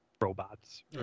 robots